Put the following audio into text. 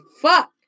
fuck